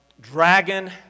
Dragon